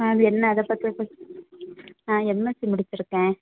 ஆ அது என்னை அதை பற்றீ நான் எம்எஸ்சி முடிச்சுருக்கேன்